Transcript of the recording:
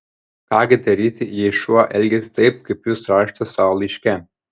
ką gi daryti jei šuo elgiasi taip kaip jūs rašote savo laiške